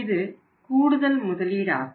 இது கூடுதல் முதலீடாகும்